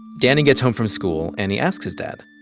danny gets home from school. and he asks his dad,